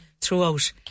throughout